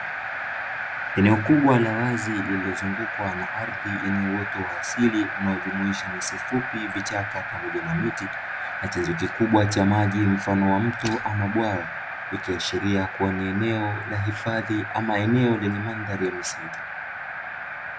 Eneo kubwa la wazi lililozungukwa na ardhi yenye uoto wa asili unaojumuisha nyasi fupi, vichaka pamoja na miti na chanzo kikubwa cha maji mfano wa mto ama bwawa, ikiashiria kuwa ni eneo la hifadhi ama eneo lenye mandhari ya misitu.